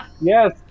Yes